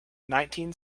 nineteen